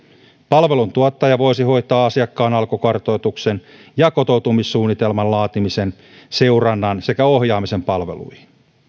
palveluntuottaja voisi hoitaa asiakkaan alkukartoituksen ja kotoutumissuunnitelman laatimisen seurannan sekä ohjaamisen palveluihin